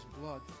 blood